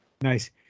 Nice